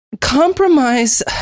compromise